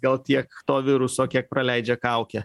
gal tiek to viruso kiek praleidžia kaukė